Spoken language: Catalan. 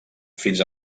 fins